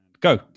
Go